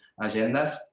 agendas